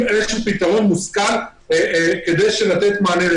איזשהו פתרון מושכל כדי לתת לזה מענה.